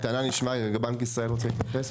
הטענה נשמעה, רגע בנק ישראל רוצה להתייחס.